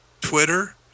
Twitter